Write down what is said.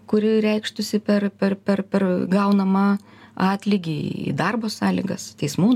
kuri reikštųsi per per per per gaunamą atlygį į darbo sąlygas teismų